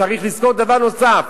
צריך לזכור דבר נוסף: